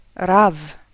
rav